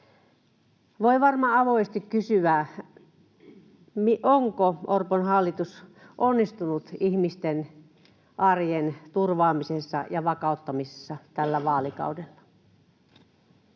Voi varmaan avoimesti kysyä: onko Orpon hallitus onnistunut ihmisten arjen turvaamisessa ja vakauttamisessa tällä vaalikaudella?